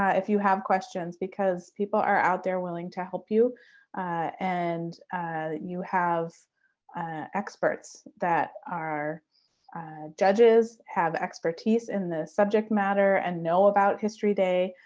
ah if you have questions, because people are out there, willing to help you and you have experts that are judges have expertise in the subject matter and know about history day.